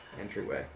entryway